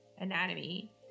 anatomy